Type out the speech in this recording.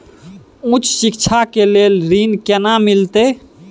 उच्च शिक्षा के लेल ऋण केना मिलते?